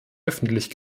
öffentlich